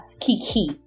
Kiki